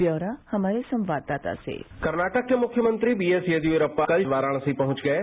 ब्यौरा हमारे संवाददाता से कर्नाटक के मुख्यमंत्री बीएस येदियुरपा कल वाराणसी एहुंच गये